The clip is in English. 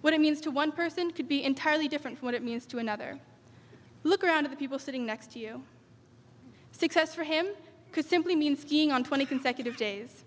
what it means to one person could be entirely different from what it means to another look around at the people sitting next to you success for him because simply mean skiing on twenty consecutive days